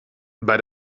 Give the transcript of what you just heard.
bei